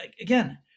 again